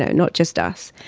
ah not just us.